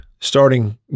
starting